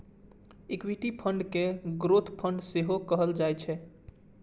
equity fund कें growth fund सेहो कहल जाइ छै